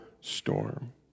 storm